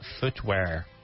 footwear